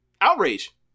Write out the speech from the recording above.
Outrage